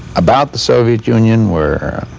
about the soviet union were